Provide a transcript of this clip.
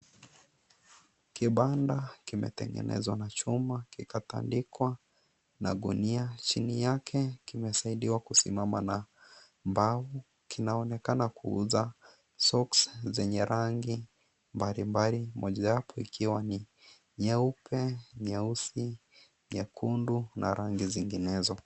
Kibanda kimetengenezwa na chuma, kikatandikwa na gunia, chini yake kimesaidiwa kusimama na mbao, kinaonekana kuuza socks zenye rangi mbali mbali, mojawapo ikiwa ni nyeupe, nyeusi, nyekundu, na rangi zinginezo.